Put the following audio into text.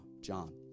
John